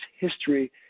history